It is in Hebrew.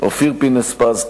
אופיר פינס-פז,